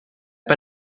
pas